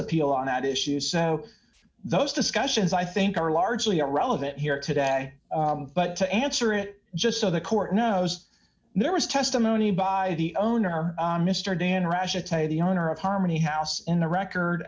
appeal on that issue so those discussions i think are largely irrelevant here today but to answer it just so the court knows there was testimony by the owner mr dan rash of the owner of harmony house in the record